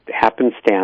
happenstance